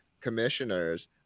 commissioners